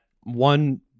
one